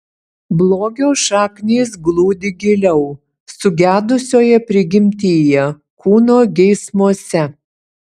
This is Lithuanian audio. blogio šaknys glūdi giliau sugedusioje prigimtyje kūno geismuose